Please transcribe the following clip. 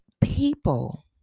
people